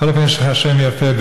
בכל אופן יש לך שם יפה,